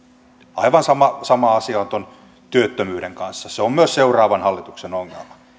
aivan sama sama asia on tuon työttömyyden kanssa se on myös seuraavan hallituksen ongelma